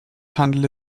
handle